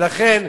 ולכן,